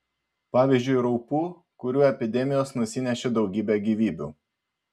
pavyzdžiui raupų kurių epidemijos nusinešė daugybę gyvybių